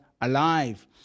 alive